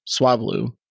Swablu